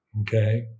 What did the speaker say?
Okay